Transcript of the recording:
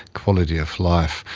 quality of life,